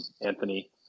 Anthony